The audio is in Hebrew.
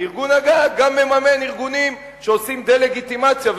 וארגון-הגג גם מממן ארגונים שעושים דה-לגיטימציה,